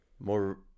more